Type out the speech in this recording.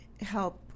help